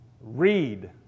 read